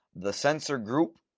the sensor group,